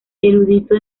erudito